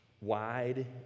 Wide